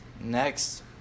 Next